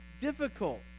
difficult